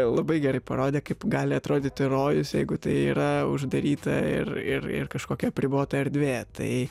labai gerai parodė kaip gali atrodyti rojus jeigu tai yra uždaryta ir ir ir kažkokia apribota erdvė tai